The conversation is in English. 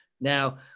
Now